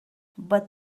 but